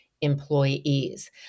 employees